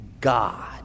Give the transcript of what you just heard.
God